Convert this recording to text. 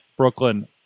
Brooklyn